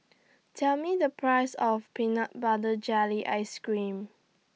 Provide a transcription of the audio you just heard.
Tell Me The Price of Peanut Butter Jelly Ice Cream